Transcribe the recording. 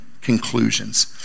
conclusions